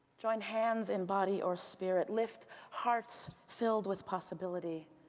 join hands in body or spirit. lift hearts filled with possibility.